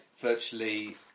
Virtually